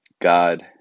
God